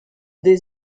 des